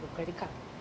credit card